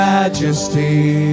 Majesty